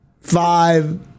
five